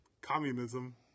communism